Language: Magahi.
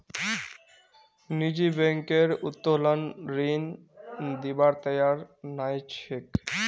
निजी बैंक उत्तोलन ऋण दिबार तैयार नइ छेक